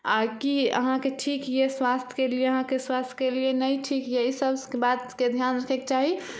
आ अहाँके ठीक यऽ स्वास्थ्यके लिए अहाँके स्वास्थ्यके लिए ई नहि ठीक अइ ई सब बातके ध्यान रखैके चाही